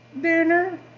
dinner